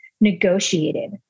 negotiated